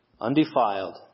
undefiled